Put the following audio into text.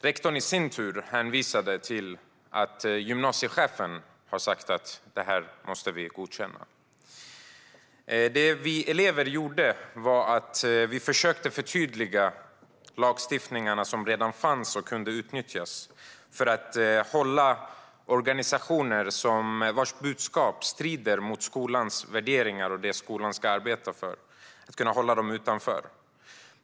Rektorn i sin tur hänvisade till att gymnasiechefen hade sagt att detta måste godkännas. Det vi elever gjorde var att försöka förtydliga den lagstiftning som redan fanns och som kunde utnyttjas för att hålla organisationer utanför om deras budskap strider mot skolans värderingar och det skolan ska arbeta för.